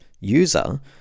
user